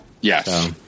Yes